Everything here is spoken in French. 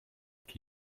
qui